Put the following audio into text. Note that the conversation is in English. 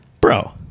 bro